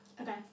Okay